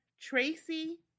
Tracy